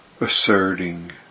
asserting